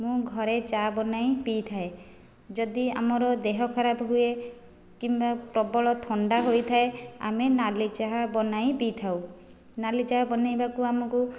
ମୁଁ ଘରେ ଚାହା ବନାଇ ପିଇଥାଏ ଯଦି ଆମର ଦେହ ଖରାପ ହୁଏ କିମ୍ବା ପ୍ରବଳ ଥଣ୍ଡା ହୋଇଥାଏ ଆମେ ନାଲି ଚାହା ବନାଇ ପିଇଥାଉ ନାଲି ଚାହା ବନାଇବାକୁ ଆମକୁ